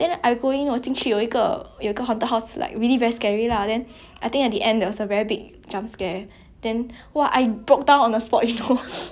then !wah! I broke down on the spot you know then I spent the next like thirty minutes crying eh after that 我有一个 like